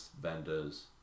vendors